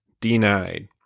denied